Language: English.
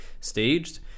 staged